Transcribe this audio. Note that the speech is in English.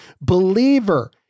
believer